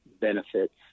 benefits